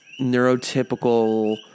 neurotypical